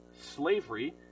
Slavery